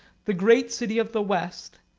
the great city of the west.